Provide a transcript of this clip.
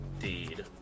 Indeed